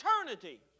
eternity